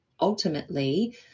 ultimately